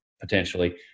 potentially